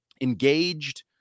engaged